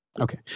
Okay